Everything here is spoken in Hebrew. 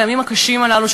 בימים הקשים הללו,